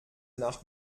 nach